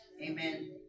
amen